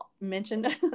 mentioned